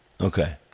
okay